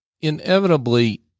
inevitably